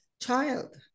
child